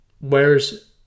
Whereas